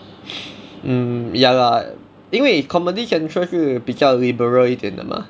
mm ya lah 因为 comedy central 是比较 liberal 一点的 mah